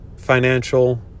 financial